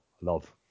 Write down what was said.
love